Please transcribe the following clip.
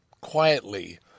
quietly